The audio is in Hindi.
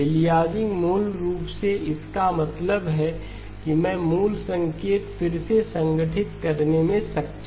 एलियासिंग मूल रूप से इसका मतलब है कि मैं मूल संकेत फिर से संगठित करने में सक्षम नहीं हूँ